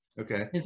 Okay